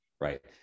right